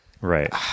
Right